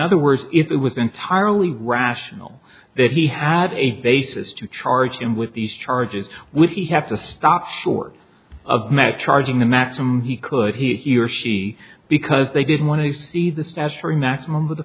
other words if it was entirely rational that he had a basis to charge him with these charges with the have to stop short of meth charging the maximum he could he or she because they didn't want to see the stats for a maximum